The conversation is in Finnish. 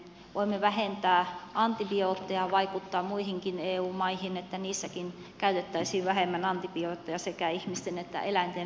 voimme vähentää antibiootteja ja vaikuttaa muihinkin eu maihin että niissäkin käytettäisiin vähemmän antibiootteja sekä ihmisten että eläinten lääkitsemiseen